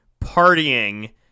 partying